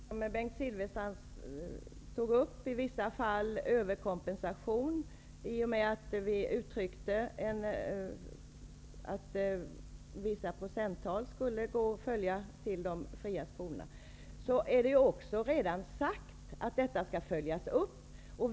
Herr talman! Bengt Silfverstrand tog upp att det i vissa fall sker en överkompensation. Det beror på att vi uttryckte att vissa procenttal skulle gå till de fria skolorna. Det är redan sagt att detta skall följas upp.